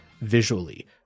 visually